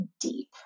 deep